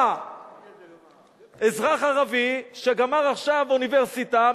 בא אזרח ערבי שגמר עכשיו אוניברסיטה,